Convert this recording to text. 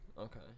Okay